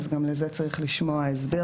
אז גם לזה צריך לשמוע הסבר,